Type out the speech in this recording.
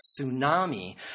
tsunami